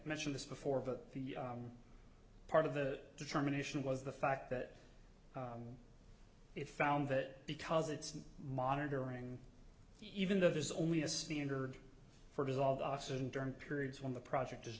mentioned this before but the part of the determination was the fact that it found that because it's an monitoring even though there's only a standard for dissolved oxygen during periods when the project is